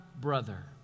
brother